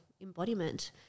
embodiment